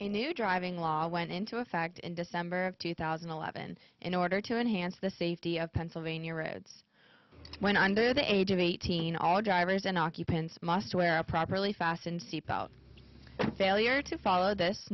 a new driving law went into effect in december of two thousand and eleven in order to enhance the safety of pennsylvania reds when under the age of eighteen all drivers in occupants must wear a properly fasten seat belt failure to follow this